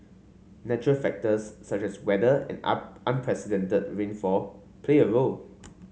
natural factors such as weather and unprecedented rainfall play a role